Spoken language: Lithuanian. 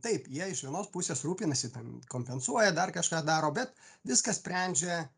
taip jie iš vienos pusės rūpinasi ten kompensuoja dar kažką daro bet viską sprendžia